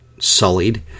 sullied